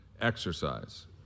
exercise